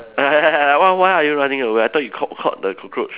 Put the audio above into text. ya ya ya why why are you running away I thought you caught caught the cockroach